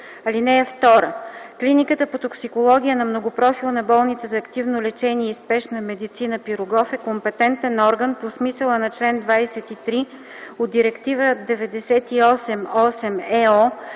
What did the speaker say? година. (2) Клиниката по токсикология на Многопрофилна болница за активно лечение и спешна медицина „Н.П. Пирогов” е компетентен орган по смисъла на чл. 23 от Директива 98/8/ЕО